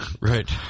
Right